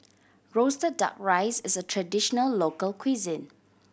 roasted Duck Rice is a traditional local cuisine